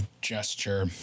gesture